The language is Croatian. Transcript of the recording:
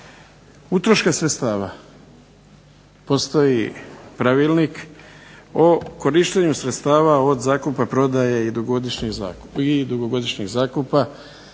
utroška sredstava postoji Pravilnik o korištenju sredstava od zakupa prodaje i dugogodišnjeg zakupa